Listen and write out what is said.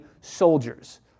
soldiers